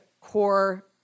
core